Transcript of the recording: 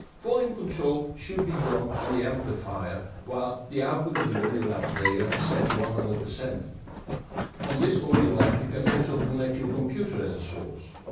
volume control should be done on the amplifier while the output of the audiolab player is set to one hundred. on this audiolab you can also connect your computer as source.